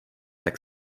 tak